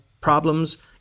problems